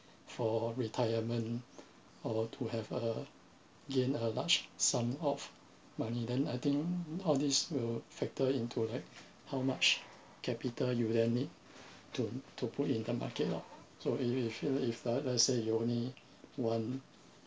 for retirement or to have uh gain a large sum of money then I think nowadays will factor into like how much capital you really need to to put in the market lor so if you feel if let let's say you only want